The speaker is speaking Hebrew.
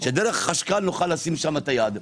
שדרך החשכ"ל נוכל לשים שם את היד.